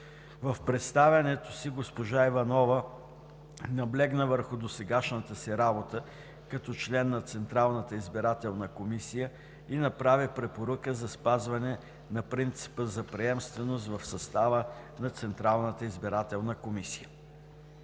В представянето си госпожа Иванова наблегна върху досегашната си работа като член на Централната избирателна комисия и направи препоръка за спазване на принципа за приемственост в състава на Централната избирателна комисия.